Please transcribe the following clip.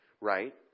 Right